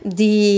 di